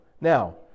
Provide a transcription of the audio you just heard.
Now